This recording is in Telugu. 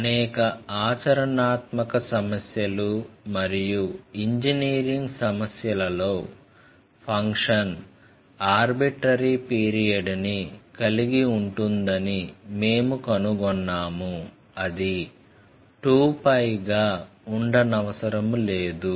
అనేక ఆచరణాత్మక సమస్యలు మరియు ఇంజనీరింగ్ సమస్యలలో ఫంక్షన్ ఆర్బిట్రరి పీరియడ్ని కలిగి ఉంటుందని మేము కనుగొన్నాము అది 2πగా ఉండనవసరం లేదు